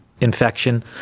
infection